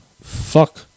fuck